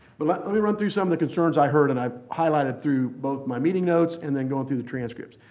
but let let me run through some of the concerns i heard and i highlighted through both my meeting notes and then going through the transcripts.